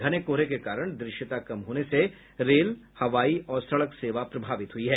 घने कोहरे के कारण दृश्यता कम होने से रेल हवाई और सड़क सेवा प्रभावित हुआ है